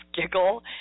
giggle